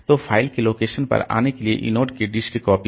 तो फ़ाइल के लोकेशन पर आने के लिए इनोड की डिस्क कॉपी